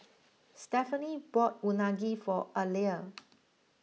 Stephaine bought Unagi for Alia